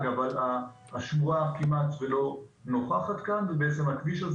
--- השמורה כמעט ולא --- והכביש הזה